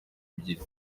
ebyiri